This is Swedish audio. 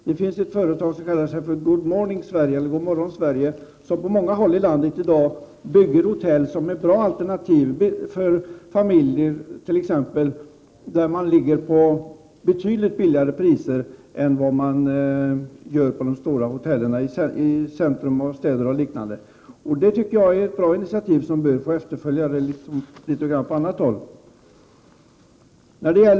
Det finns t.ex. ett företag som heter Good Morning Sverige, God Morgon Sverige, som på många håll i landet bygger hotell som är ett bra alternativ för exempelvis familjer och som håller betydligt lägre priser än de stora hotellen i centrum av städerna. Det tycker jag är ett bra initiativ, som bör få efterföljd även på annat håll.